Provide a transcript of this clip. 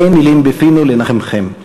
אין מילים בפינו לנחמכן,